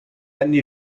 anni